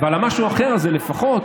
ועל המשהו האחר הזה, לפחות,